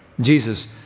Jesus